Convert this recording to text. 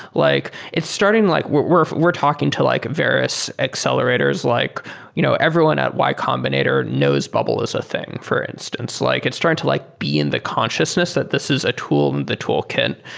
like it's starting like we're we're talking to like various accelerators. like you know everyone at y combinator knows bubble is a thing, for instance. like it's starting to like be in the consciousness that this is a tool in the toolkit.